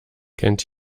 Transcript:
kennt